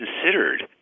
considered